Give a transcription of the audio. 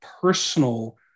personal